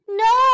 no